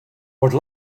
would